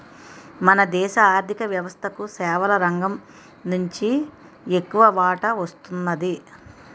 మన దేశ ఆర్ధిక వ్యవస్థకు సేవల రంగం నుంచి ఎక్కువ వాటా వస్తున్నది